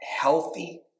Healthy